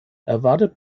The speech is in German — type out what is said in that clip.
erwartet